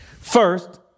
First